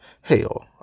Hell